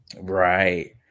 Right